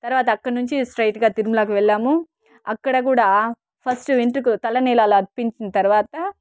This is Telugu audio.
తర్వాత అక్కడ్నించి స్ట్రైట్గా తిరుమలాకు వెళ్ళాము అక్కడ కూడా ఫస్ట్ వెంట్రుకలు తలనీలాలు అర్పించిన తర్వాత